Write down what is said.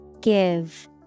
Give